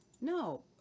No